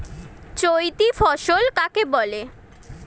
চৈতি ফসল কাকে বলে?